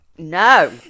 no